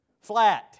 flat